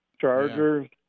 Chargers